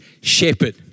shepherd